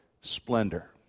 splendor